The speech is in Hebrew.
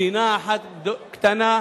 מדינה אחת קטנה,